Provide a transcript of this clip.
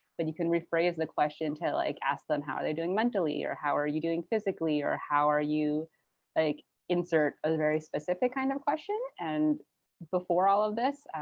but you can rephrase the question to like ask them how are they doing mentally or how are you doing physically. or how are you like insert a very specific kind of question. and before all of this,